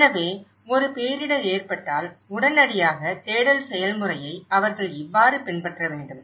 எனவே ஒரு பேரிடர் ஏற்பட்டால் உடனடியாக தேடல் செயல்முறையை அவர்கள் இவ்வாறு பின்பற்ற வேண்டும்